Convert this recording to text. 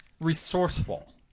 resourceful